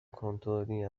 کنترلی